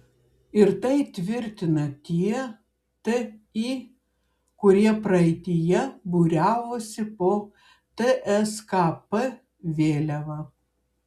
ir tai tvirtina tie ti kurie praeityje būriavosi po tskp vėliava